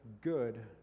good